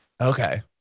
Okay